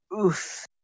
oof